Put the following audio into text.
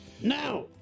Now